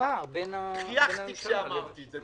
חייכתי כשאמרתי את זה.